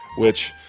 which